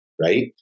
Right